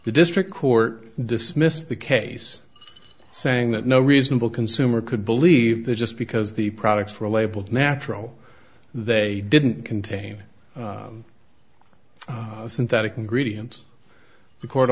the district court dismissed the case saying that no reasonable consumer could believe that just because the products were labeled natural they didn't contain synthetic ingredients